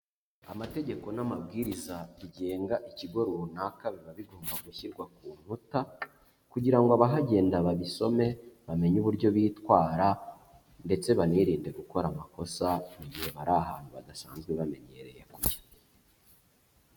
Amategeko n'amabwiriza bigenga ikigo runaka biba bigomba gushyirwa ku nkuta, kugira ngo abahagenda babisome bamenye uburyo bitwara, ndetse banirinde gukora amakosa mu gihe bari ahantu badasanzwe bamenyereye.